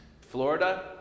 Florida